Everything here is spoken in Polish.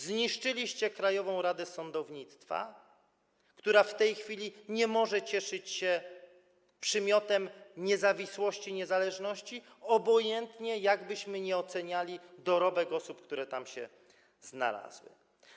Zniszczyliście Krajową Radę Sądownictwa, która w tej chwili nie może cieszyć się przymiotem niezawisłości i niezależności, obojętnie, jak byśmy nie oceniali dorobku osób, które tam się znalazły.